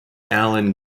alan